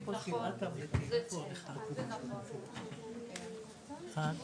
ומהדברים שאמרנו כאן, בסוף,